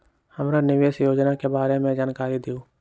हमरा निवेस योजना के बारे में जानकारी दीउ?